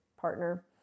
partner